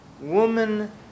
woman